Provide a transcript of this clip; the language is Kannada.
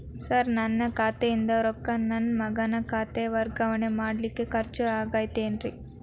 ಸರ್ ನನ್ನ ಖಾತೆಯಿಂದ ರೊಕ್ಕ ನನ್ನ ಮಗನ ಖಾತೆಗೆ ವರ್ಗಾವಣೆ ಮಾಡಲಿಕ್ಕೆ ಖರ್ಚ್ ಆಗುತ್ತೇನ್ರಿ?